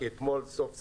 כי אתמול סוף סוף,